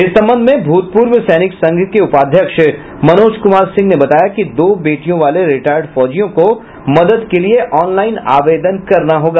इस संबंध में भूतपूर्व सैनिक संघ के उपाध्यक्ष मनोज कुमार सिंह ने बताया कि दो बेटियों वाले रिटायर्ड फौजियों को मदद के लिए ऑनलाईन आवेदन करना होगा